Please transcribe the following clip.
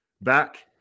back